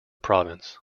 province